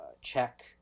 check